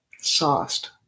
sauced